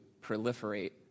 proliferate